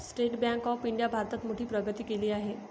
state Bank of इंडियाने भारतात मोठी प्रगती केली आहे